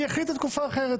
והיא החליטה תקופה אחרת,